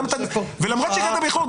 ולמרות שהגעת באיחור,